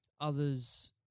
others